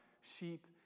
sheep